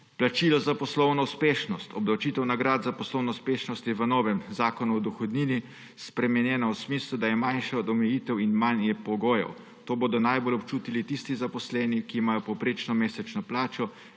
Plačilo za poslovno uspešnost, obdavčitev nagrad za poslovno uspešnost je v novem Zakonu o dohodnini spremenjena v smislu, da je manjša od omejitev in manj je pogojev. To bodo najbolj občutili tisti zaposleni, ki imajo povprečno mesečno plačo